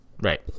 Right